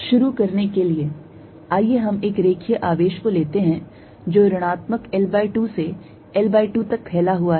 शुरू करने के लिए आइए हम एक रेखीय आवेश को लेते हैं जो ऋणात्मक L by 2 से L by 2 तक फैला हुआ है